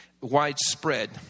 widespread